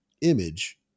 image